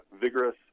vigorous